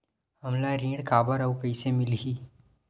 हमला ऋण काबर अउ कइसे मिलही?